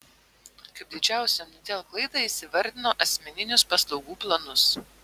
kaip didžiausią omnitel klaidą jis įvardino asmeninius paslaugų planus